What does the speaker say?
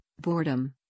boredom